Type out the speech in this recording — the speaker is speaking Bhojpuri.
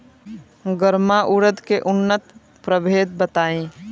गर्मा उरद के उन्नत प्रभेद बताई?